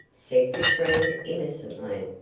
said katrine, innocently.